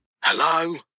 Hello